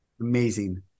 Amazing